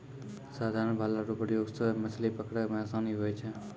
साधारण भाला रो प्रयोग से मछली पकड़ै मे आसानी हुवै छै